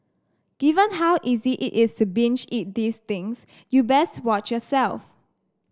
given how easy it is to binge eat these things you best watch yourself